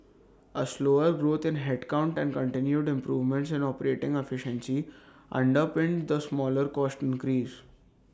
A slower growth in headcount and continued improvements in operating efficiency underpinned the smaller cost increase